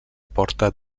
porta